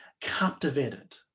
captivated